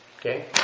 Okay